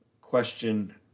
question